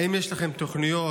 האם יש לכם תוכניות,